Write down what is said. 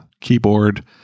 keyboard